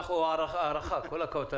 כל הכבוד.